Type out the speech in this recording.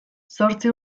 zortzi